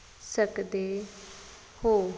ਸਕਦੇ ਹੋ